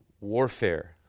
Warfare